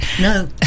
No